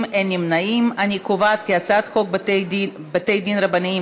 חוק ומשפט את הצעת חוק בתי דין רבניים